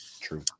true